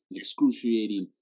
excruciating